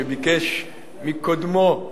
שביקש מקודמו,